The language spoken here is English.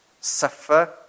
suffer